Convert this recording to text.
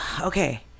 Okay